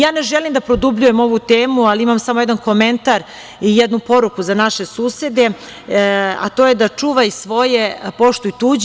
Ja ne želim da produbljujem ovu temu, ali imam samo jedan komentar i jednu poruku za naše susede, a to je – čuvaj svoje i poštuj tuđe.